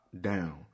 down